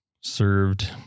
served